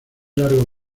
largos